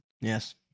Yes